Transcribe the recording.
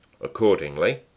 Accordingly